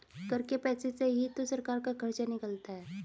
कर के पैसे से ही तो सरकार का खर्चा निकलता है